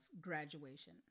graduation